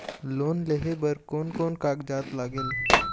Loan लेहे बर कोन कोन कागजात लागेल?